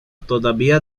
todavía